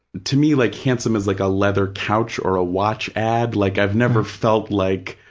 to me, like handsome is like a leather couch or a watch ad. like i've never felt like